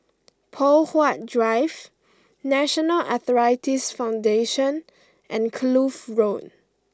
Poh Huat Drive National Arthritis Foundation and Kloof Road